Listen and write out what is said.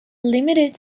limited